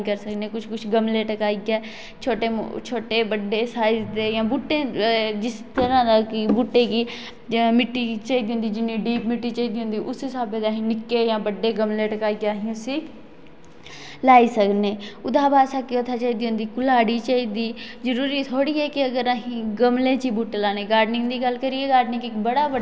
बेही रूट्टी होंदी ना ओह्दे कन्नै बच्चें दा ढिड्ड जेह्ड़ा खराब होई जंदा तां करियै में आखना होना सवेरे उट्ठो नाश्ता् मतलब फ्रैश नाश्ता खाना रूट्टी खानी चाप्पी मारियै ओह् बी भुञा बेहियै अज्जकल दे बच्चे केह् करदे रूट्टी लैंदे बैड पर बेही जंदे बैठिये रूट्टी लैओ चाप्पी मारियै खाओ जेह्ड़ी साढ़े अंदर मतलब शैल करियै पची जा जेह्ड़ी आहें अंदर धोड़ी पुज्जि जा होरें खानी नीं ते पुज्जनी नीं